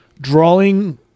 drawing